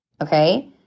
Okay